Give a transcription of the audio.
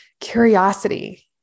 curiosity